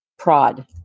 Prod